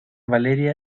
valeria